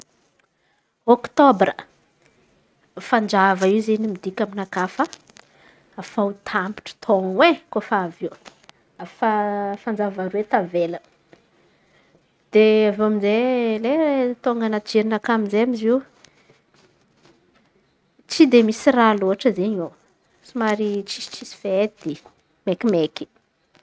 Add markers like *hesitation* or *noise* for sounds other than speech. Za zen̈y koa fa maharen̈y fanjavan'ny novambre zen̈y. Raha navy anatin'ny jerinakà direkty fanjava araiky alohan'ny *hesitation* krismasy, fanjava araiky izeny alokany mamaran̈a ny taon̈o. Avy eo amy zay *hesitation* manamariky izy aminakà *hesitation* anatiny anatin'ny novambre in̈y koa ze misy aniversera maromaro oe. Karà zey.